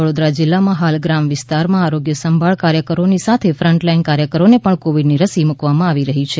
વડોદરા જીલ્લામાં હાલ ગ્રામ વિસ્તારમાં આરોગ્ય સંભાળ કાર્યકરોની સાથે ફન્ટ લાઈન કાર્યકરોને પણ કોવિડની રસી મૂકવામાં આવી રહી છે